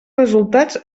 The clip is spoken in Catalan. resultats